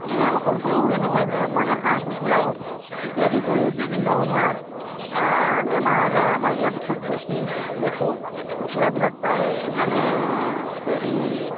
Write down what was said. অকল গৰুৱে নহয় মানে হাঁহ কুকুৰাও ইত্যাদি কৰি বিভিন্ন সময়ত বেমাৰ আজাৰ আমাৰ ইয়াতো খুব বেছি দেখোঁ কুকুৰাবিলাক প্ৰায় মানে হেৰি